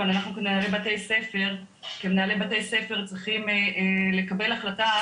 אבל אנחנו כמנהלי בתי ספר צריכים לקבל החלטה